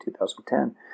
2010